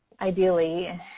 ideally